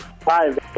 five